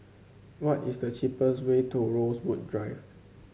what is the cheapest way to Rosewood Drive